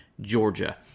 Georgia